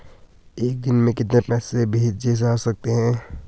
एक दिन में कितने पैसे भेजे जा सकते हैं?